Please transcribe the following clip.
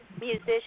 musician